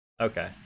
Okay